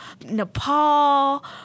Nepal